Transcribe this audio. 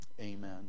Amen